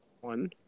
One